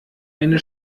eine